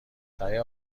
دریا